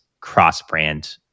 cross-brand